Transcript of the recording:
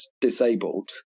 disabled